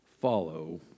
follow